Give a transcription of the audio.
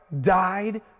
died